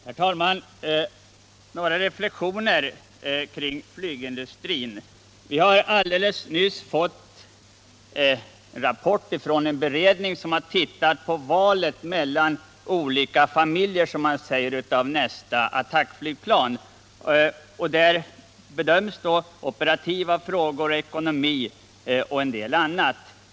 Herr talman! Jag vill göra några reflexioner kring flygindustrin. Vi har helt nyligen fått en rapport från en beredning som har sett på valet mellan olika familjer, som man säger, för nästa attackflygplan. Där bedöms operativa frågor, ekonomi och en del annat.